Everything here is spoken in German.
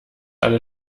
alle